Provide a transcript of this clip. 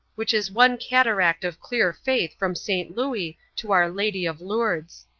which is one cataract of clear faith from st. louis to our lady of lourdes.